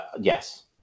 Yes